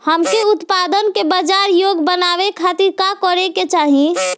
हमके उत्पाद के बाजार योग्य बनावे खातिर का करे के चाहीं?